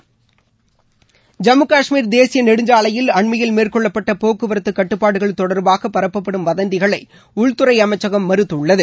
இச ஜம்மு காஷ்மீர் தேசிய நெடுஞ்சாலையில் அண்மையில் மேற்கொள்ளப்பட்ட போக்குவரத்துக்கட்டுபாடுகள் தொடர்பாக பரப்பப்படும் வதந்திகளை உள்துறை அமைச்சகம் மறுத்துள்ளது